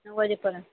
नऊ वाजेपर्यंत